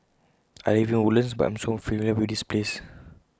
I live in Woodlands but I'm so familiar with this place